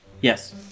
Yes